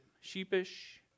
sheepish